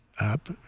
up